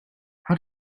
how